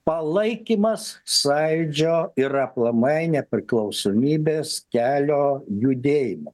palaikymas sąjūdžio ir aplamai nepriklausomybės kelio judėjimo